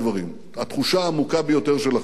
התחושה העמוקה ביותר של אחדות לאומית.